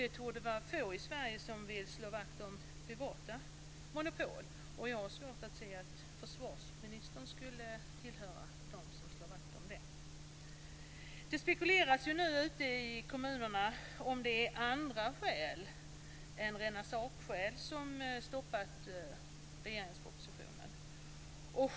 Det torde vara få i Sverige som vill slå vakt om privata monopol. Jag har svårt att se att försvarsministern skulle höra till dem som slår vakt om det. Det spekuleras nu i kommunerna om det finns andra skäl än rena sakskäl som stoppat regeringens proposition.